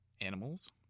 animals